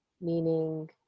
meaning